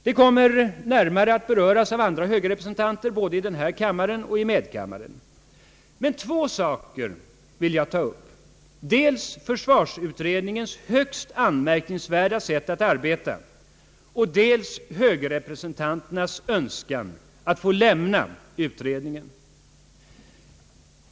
Det kommer närmare att beröras av andra högerrepresentanter både i denna kammare och i medkammaren. Två saker vill jag dock ta upp, dels försvarsutredningens högst anmärkningsvärda sätt att arbeta, dels högerrepresentanternas önskan att få lämna utredningen.